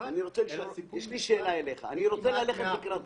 אני מאיגוד לשכות המסחר.